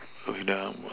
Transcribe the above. with down